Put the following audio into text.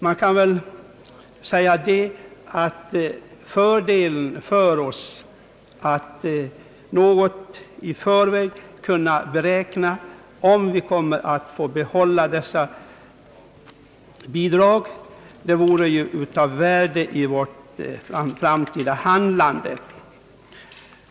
Man kan väl säga att om vi något i förväg kan veta om vi får behålla dessa bidrag vore det av värde för vårt framtida handlande.